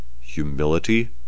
humility